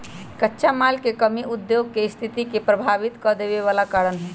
कच्चा माल के कमी उद्योग के सस्थिति के प्रभावित कदेवे बला कारण हई